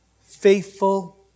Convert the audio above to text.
faithful